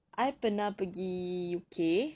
I pernah pergi U_K